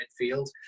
midfield